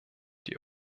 die